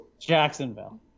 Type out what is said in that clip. Jacksonville